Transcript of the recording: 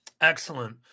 Excellent